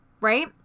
right